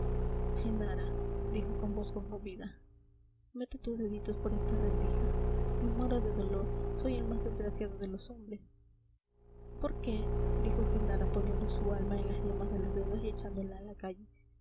genara dijo con voz conmovida mete tus deditos por esta rendija me muero de dolor soy el más desgraciado de los hombres por qué dijo genara poniendo su alma en las yemas de los dedos y echándola a la calle